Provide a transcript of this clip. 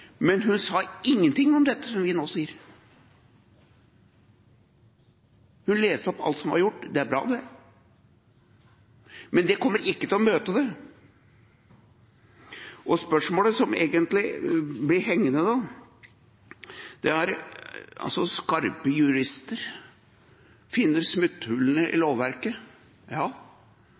Men hun sa ingenting om dette som vi nå sier. Hun leste opp alt som er gjort, og det er bra, det, men det kommer ikke til å møte det. Spørsmålet som da egentlig blir hengende, er om skarpe jurister finner smutthull i lovverket. Ja,